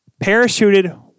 Parachuted